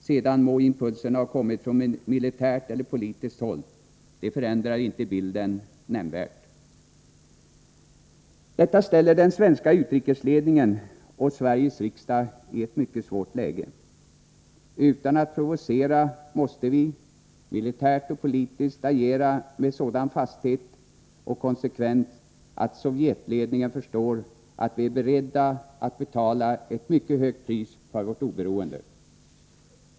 Sedan må impulserna ha kommit från militärt eller politiskt håll — det förändrar inte bilden nämnvärt. Detta ställer den svenska utrikesledningen och Sveriges riksdag i ett mycket svårt läge. Utan att provocera måste vi, militärt och politiskt, agera med sådan fasthet och konsekvens att Sovjetledningen förstår att vi är beredda att betala ett mycket högt pris för vårt oberoende.